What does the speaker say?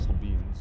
beans